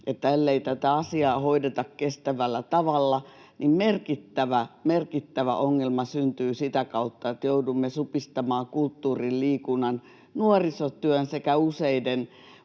että ellei tätä asiaa hoideta kestävällä tavalla, niin merkittävä, merkittävä ongelma syntyy sitä kautta, että joudumme supistamaan kulttuurin, liikunnan, nuorisotyön sekä useiden